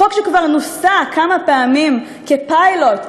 חוק שכבר נוסה כמה פעמים כפיילוט,